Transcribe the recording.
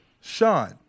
Sean